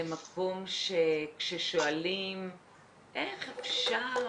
זה מקום שכששואלים איך אפשר,